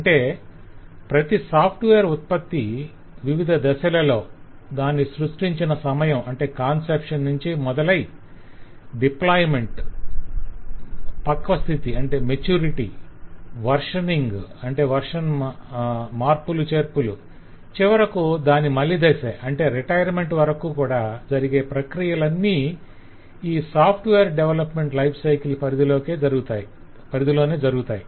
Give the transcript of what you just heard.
అంటే ప్రతి సాఫ్ట్వేర్ ఉత్పత్తి వివధ దశలలో దానిని సృష్టించిన సమయం నుంచి మొదలై అమలు పక్వ స్థితి వెర్షన్ మార్పు చివరకు దాని మలి దశ వరకు - జరిగే ప్రక్రియాలన్నీ ఈ సాఫ్ట్వేర్ డెవలప్మెంట్ లైఫ్ సైకిల్ పరిధిలోనే జరుగుతాయి